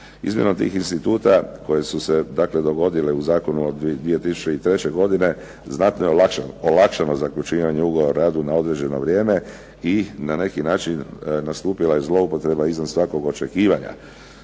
Izmjenom tih instituta koje su se dogodile u Zakonu od 2003. godine, znatno je olakšano zaključivanje ugovora o radu na određeno vrijeme i na neki način nastupila je zloupotreba izvan svakog očekivanja.